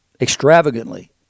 extravagantly